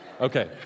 Okay